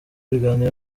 ibiganiro